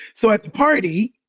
so at the party,